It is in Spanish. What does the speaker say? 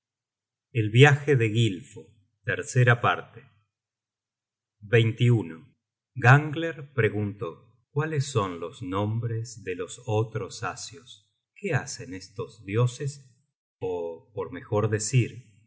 de odin gangler preguntó cuáles son los nombres de los otros asios qué hacen estos dioses ó por mejor decir